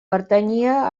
pertanyia